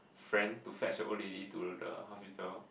friend to fetch the old lady to the hospital